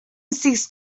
ceased